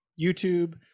youtube